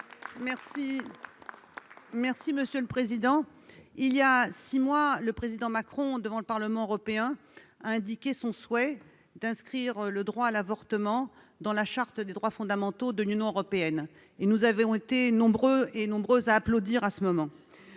et Républicain. Il y a six mois, le président Macron, devant le Parlement européen, a émis le souhait d'inscrire le droit à l'avortement dans la Charte des droits fondamentaux de l'Union européenne. Nous avons été nombreux et nombreuses à applaudir à ce moment-là.